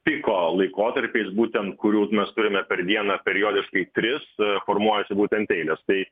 piko laikotarpiais būtent kurių mes turime per dieną periodiškai tris formuojasi būtent eilės tai